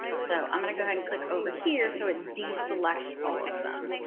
so i'm going to go ahead and click over here so it de-selects all of them